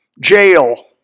jail